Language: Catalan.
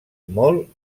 molt